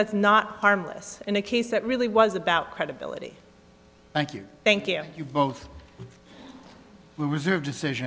that's not harmless in a case that really was about credibility thank you thank you both the reserve decision